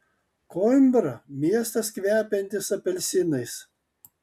koimbra miestas kvepiantis apelsinais